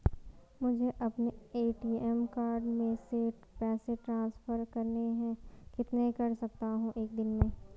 मुझे अपने ATM card से पैसे ट्रांसफर करने हैं कितने कर सकता हूँ एक दिन में?